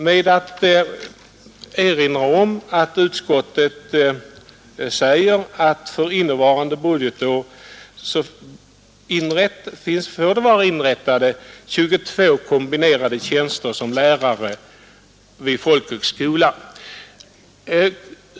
Jag vill endast erinra om att utskottet säger att för innevarande bugetår bör det vara 22 kombinerade tjänster som lärare vid folkhögskola inrättade.